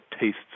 tastes